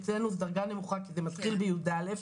ואצלנו זו דרגה נמוכה כי זה מתחיל בי"א.